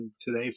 today